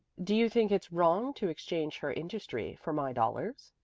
do you think it's wrong to exchange her industry for my dollars?